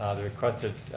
the requested